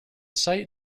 site